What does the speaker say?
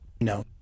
no